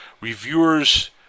reviewer's